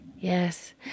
Yes